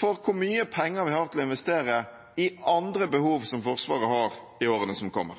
for hvor mye penger vi har til å investere i andre behov som Forsvaret har i årene som kommer.